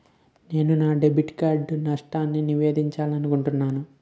నేను నా debit card నష్టాన్ని నివేదించాలనుకుంటున్నాను